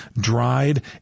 dried